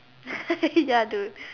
ya dude